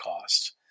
cost